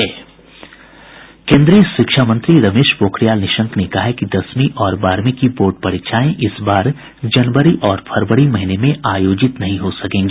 केन्द्रीय शिक्षा मंत्री रमेश पोखरियाल निशंक ने कहा है कि दसवीं और बारहवीं की बोर्ड परीक्षाएं इस बार जनवरी और फरवरी महीने में आयोजित नहीं हो सकेंगी